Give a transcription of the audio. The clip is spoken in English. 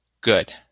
Good